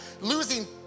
losing